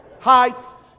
Heights